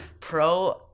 Pro